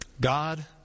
God